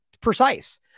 precise